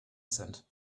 cent